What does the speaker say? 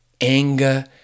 anger